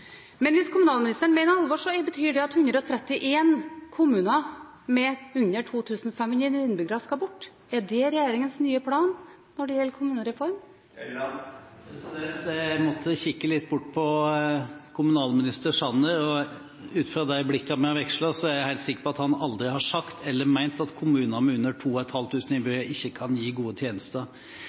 Men hvis kommunalministeren mener alvor, betyr det at 131 kommuner med under 2 500 innbyggere skal bort. Er det regjeringens nye plan når det gjelder kommunereform? Jeg måtte kikke litt bort på kommunalminister Sanner, og ut fra de blikkene vi har vekslet, er jeg helt sikker på at han aldri har sagt eller ment at kommuner med under 2 500 innbyggere ikke kan gi gode tjenester.